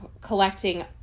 collecting